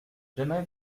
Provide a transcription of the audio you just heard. j’aimerais